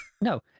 No